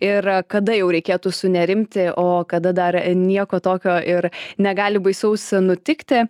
ir kada jau reikėtų sunerimti o kada dar nieko tokio ir negali baisaus nutikti